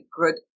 good